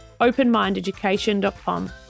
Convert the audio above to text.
openmindeducation.com